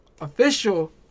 official